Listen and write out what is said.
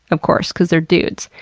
of course, cause they're dudes.